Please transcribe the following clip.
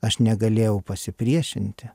aš negalėjau pasipriešinti